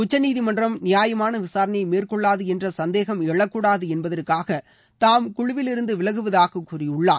உச்சநீதிமன்றம் நியாயமான விசாரணையை மேற்கொள்ளாது என்ற சந்தேகம் எழக்கூடாது என்பதற்காக தாம் குழுவிலிருந்து விலகுவதாக கூறியுள்ளார்